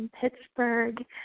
Pittsburgh